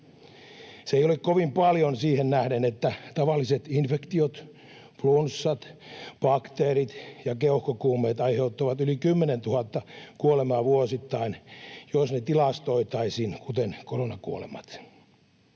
Se ei ole kovin paljon siihen nähden, että tavalliset infektiot, flunssat, bakteerit ja keuhkokuumeet aiheuttavat yli 10 000 kuolemaa vuosittain, jos ne tilastoitaisiin, kuten koronakuolemat.